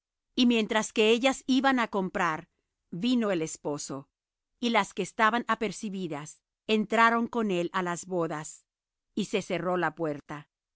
y mientras que ellas iban á comprar vino el esposo y las que estaban apercibidas entraron con él á las bodas y se cerró la puerta